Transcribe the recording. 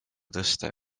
tõsta